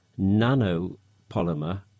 nanopolymer